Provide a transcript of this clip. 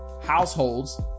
households